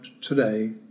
today